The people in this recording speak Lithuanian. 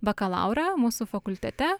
bakalaurą mūsų fakultete